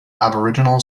aboriginal